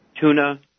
tuna